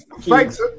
thanks